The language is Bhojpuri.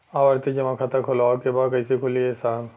आवर्ती जमा खाता खोलवावे के बा कईसे खुली ए साहब?